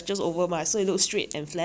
then highwaist jeans